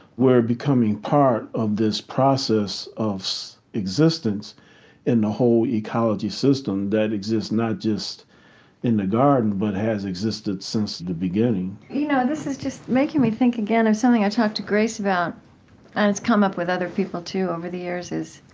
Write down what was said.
we're becoming part of this process of existence in the whole ecology system that exists not just in the garden, but has existed since the beginning you know, this is just making me think again of something i talked to grace about and it's come up with other people too over the years.